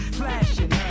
flashing